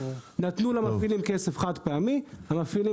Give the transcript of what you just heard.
נתנו למפעילים כסף חד פעמי והמפעילים